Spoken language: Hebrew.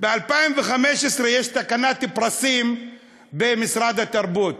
ב-2015 יש תקנת פרסים במשרד התרבות,